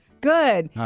Good